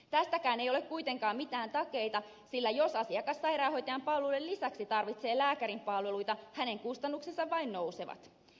tästäkään ei ole kuitenkaan mitään takeita sillä jos asiakas sairaanhoitajan palvelujen lisäksi tarvitsee lääkärin palveluita hänen kustannuksensa vain nousevat